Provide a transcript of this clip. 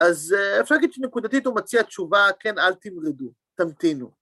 אז אפשר להגיד שנקודתית הוא מציע תשובה, כן, אל תמרדו, תמתינו.